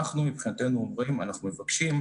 אנחנו מבחינתנו מבקשים,